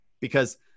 because-